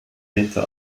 lehnte